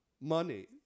money